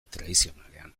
tradizionalean